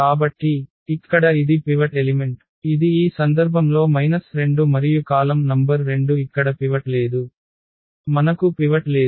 కాబట్టి ఇక్కడ ఇది పివట్ ఎలిమెంట్ ఇది ఈ సందర్భంలో మైనస్ 2 మరియు కాలమ్ నంబర్ రెండు ఇక్కడ పివట్ లేదు మనకు పివట్ లేదు